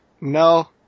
No